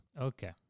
Okay